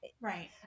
Right